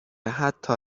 حتا